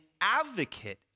advocate